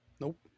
nope